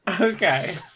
Okay